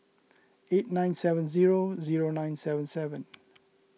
eight nine seven zero zero nine seven seven